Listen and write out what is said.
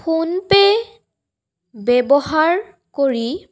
PhonePe' ব্যৱহাৰ কৰি